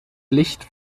licht